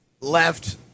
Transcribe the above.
left